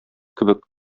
кебек